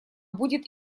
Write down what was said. будет